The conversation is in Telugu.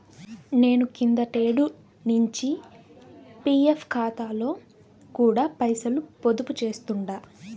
నేను కిందటేడు నించి పీఎఫ్ కాతాలో కూడా పైసలు పొదుపు చేస్తుండా